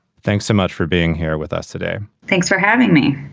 thanks so much for being here with us today. thanks for having me.